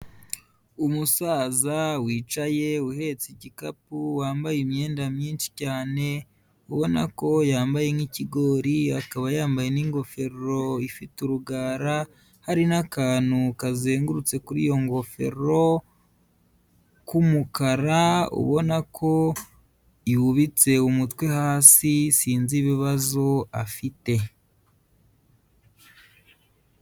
Umusaza wicaye uhetse igikapu wambaye imyenda myinshi cyane, ubona ko yambaye nk'ikigori akaba yambaye n'ingofero ifite urugara hari n'akantu kazengurutse kuri iyo ngofero k'umukara, ubona ko yubitse umutwe hasi sinzi ibibazo afite.